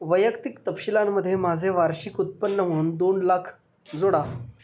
वैयक्तिक तपशीलांमध्ये माझे वार्षिक उत्पन्न म्हणून दोन लाख जोडा